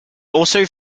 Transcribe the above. also